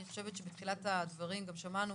אני חושבת שבתחילת הדברים גם שמענו